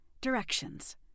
Directions